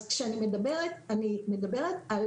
אז כשאני מדברת, אני מדברת על